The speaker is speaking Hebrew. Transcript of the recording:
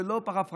זה לא פרפרזה.